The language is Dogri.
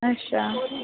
अच्छा